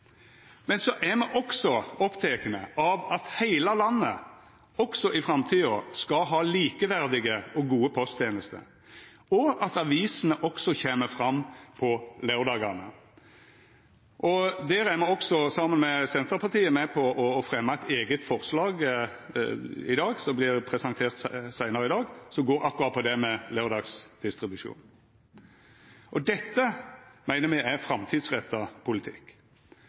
Men så er me også opptekne av at heile landet også i framtida skal ha likeverdige og gode posttenester, og at avisene kjem fram også på laurdagane. Der fremjar me saman med Senterpartiet eit eige forslag som vert presentert seinare i dag, som går akkurat på det med laurdagsdistribusjon. Dette meiner me er framtidsretta politikk.